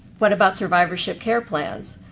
what about survivorship care plans?